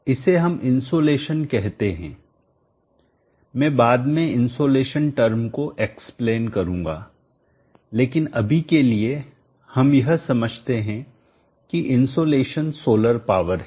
इसे हम इनसोलेशन सूर्यताप कहते हैं मैं बाद में इनसोलेशन टर्म को एक्सप्लेन विस्तार से बताना करूंगा लेकिन अभी के लिए हम यह समझे कि इनसोलेशन सोलर पावर है